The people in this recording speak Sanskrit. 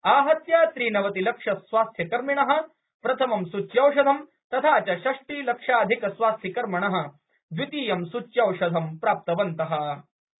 आहत्य त्रिनवतिलक्षस्वास्थ्यकर्मिणः प्रथमं सूच्यौषधं तथा च षष्टिलक्षाधिकस्वास्थ्यकर्मिभिः द्वितीयं सूच्यौषधलाभः सम्प्राप्तः अस्ति